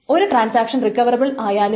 ഒരു transaction recoverable ആയാലും